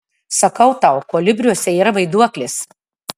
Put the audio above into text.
sakau tau kolibriuose yra vaiduoklis